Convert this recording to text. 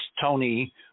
Tony